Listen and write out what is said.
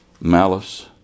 malice